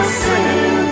sing